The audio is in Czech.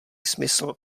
smysl